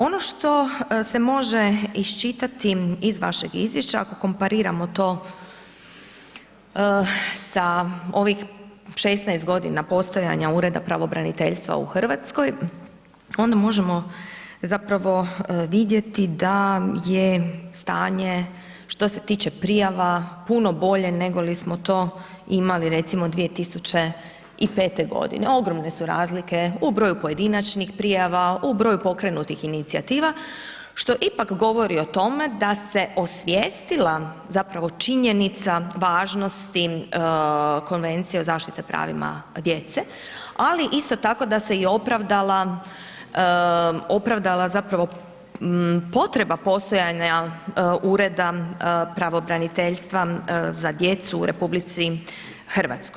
Ono što se može iščitati iz vašeg izvješća, ako kompariramo to sa ovih 16 g. postojanja ureda pravobraniteljstva u Hrvatskoj, onda možemo zapravo vidjeti da je stanje što se tiče prijava puno bolje, negoli smo to imali recimo 2005.g. Ogromne su razlike u broju pojedinačnih prijava, u broju pokrenutih inicijativa, što ipak govori o tome, da se osjetila zapravo činjenica važnosti Konvencije o zaštite pravima djece, ali isto tako da se i opravdala zapravo, potreba postojanja ureda pravobraniteljstva za djecu u RH.